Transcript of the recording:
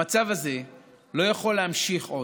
המצב הזה לא יכול להימשך עוד,